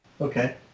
Okay